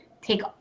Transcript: take